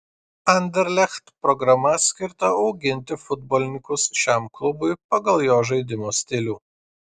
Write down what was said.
anderlecht programa skirta auginti futbolininkus šiam klubui pagal jo žaidimo stilių